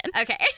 Okay